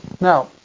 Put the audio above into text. Now